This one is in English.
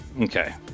Okay